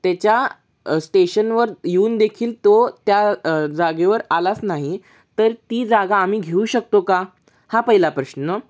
त्याच्या स्टेशनवर येऊन देखील तो त्या जागेवर आलाच नाही तर ती जागा आम्ही घेऊ शकतो का हा पहिला प्रश्न